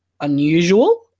unusual